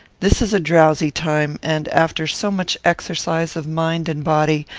this is a drowsy time, and, after so much exercise of mind and body,